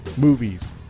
movies